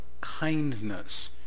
kindness